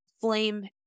flame